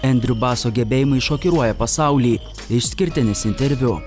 andriu baso gebėjimai šokiruoja pasaulį išskirtinis interviu